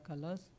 colors